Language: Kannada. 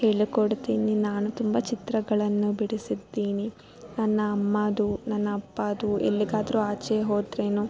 ಹೇಳಿಕೊಡ್ತೀನಿ ನಾನು ತುಂಬ ಚಿತ್ರಗಳನ್ನು ಬಿಡಿಸಿದ್ದೀನಿ ನನ್ನ ಅಮ್ಮಾದು ನನ್ನ ಅಪ್ಪಾದು ಎಲ್ಲಿಗಾದ್ರು ಆಚೆ ಹೋದರೇನು